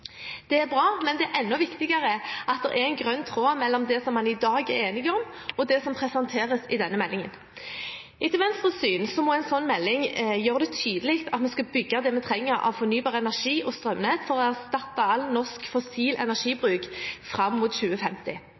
Det er bra, men det er enda viktigere at det er en grønn tråd mellom det som man i dag er enig om, og det som presenteres i denne meldingen. Etter Venstres syn må en slik melding gjøre det tydelig at vi skal bygge det vi trenger av fornybar energi og strømnett for å erstatte all norsk fossil energibruk fram mot 2050.